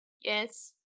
Yes